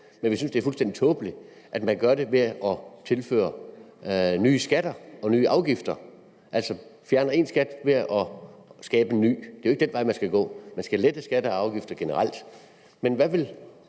Men vi synes, at det er fuldstændig tåbeligt, at man gør det ved at indføre nye skatter og afgifter; altså at man fjerner én skat ved at skabe en ny. Det er jo ikke den vej, man skal gå. Man skal lette skatter og afgifter generelt.